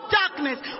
darkness